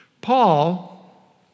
Paul